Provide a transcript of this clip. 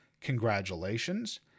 Congratulations